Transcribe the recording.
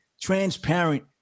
transparent